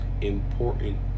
important